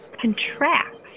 contracts